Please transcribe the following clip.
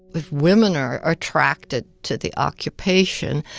if women are are attracted to the occupation,